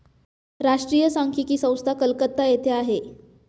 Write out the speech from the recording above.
राष्ट्रीय सांख्यिकी संस्था कलकत्ता येथे आहे